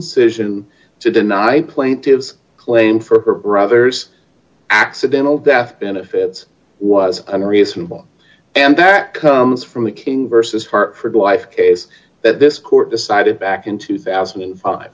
cision to deny plaintive claim for d her brother's accidental death benefits was unreasonable and that comes from the king versus hartford wife case that this court decided back in two thousand and five